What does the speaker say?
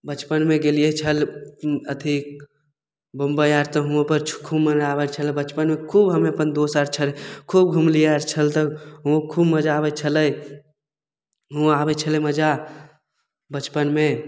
बचपनमे गेलियै छल अथी बम्बइ आर तऽ हुओं पर खूब मजा आबय छलै बचपनमे खूब अपन दोस्त आर छल खूब घुमलियै आर छल तऽ हुओं खूब मजा आबय छलै हुआँ आबय छलै मजा बचपनमे